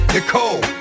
Nicole